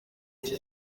iki